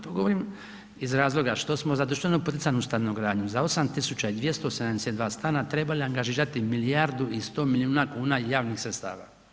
To govorim iz razlog što smo za društveno poticajnu stanogradnju za 8272 trebali angažirati milijardu i 100 milijuna kuna javnih sredstava.